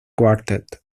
quartet